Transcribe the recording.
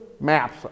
maps